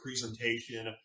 presentation